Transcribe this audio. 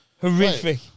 horrific